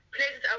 places